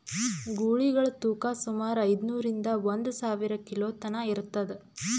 ಗೂಳಿಗಳ್ ತೂಕಾ ಸುಮಾರ್ ಐದ್ನೂರಿಂದಾ ಒಂದ್ ಸಾವಿರ ಕಿಲೋ ತನಾ ಇರ್ತದ್